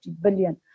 billion